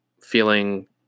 feeling